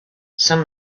some